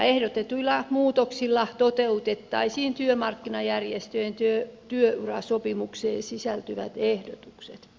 ehdotetuilla muutoksilla toteutettaisiin työmarkkinajärjestöjen työurasopimukseen sisältyvät ehdotukset